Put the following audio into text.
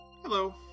Hello